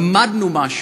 למדנו משהו: